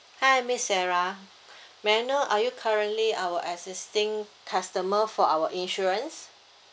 hi miss sarah may I know are you currently our existing customer for our insurance